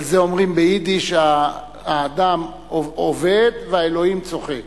על זה אומרים ביידיש: האדם עובד והאלוהים צוחק.